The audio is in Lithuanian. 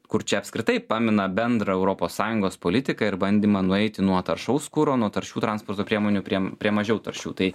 kur čia apskritai pamina bendrą europos sąjungos politiką ir bandymą nueiti nuo taršaus kuro nuo taršių transporto priemonių prie prie mažiau taršių tai